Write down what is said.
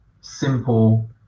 simple